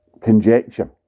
conjecture